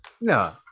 No